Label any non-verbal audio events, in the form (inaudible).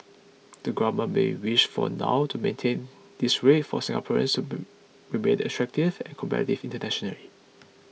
the government may wish for now to maintain this rate for Singaporeans to (unintelligible) remain attractive and competitive internationally